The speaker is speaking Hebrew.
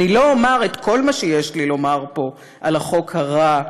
"אני לא אומר את כל מה שיש לי לומר פה על החוק הרע,